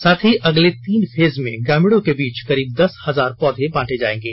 साथ ही अगले तीन फेज में ग्रामीणों के बीच करीब दस हजार पौधे बांटे जाएंगे